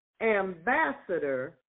ambassador